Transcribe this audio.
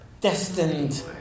Destined